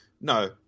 No